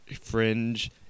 Fringe